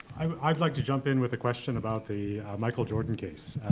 i'd like to jump in with a question about the michael jordan case.